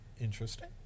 interesting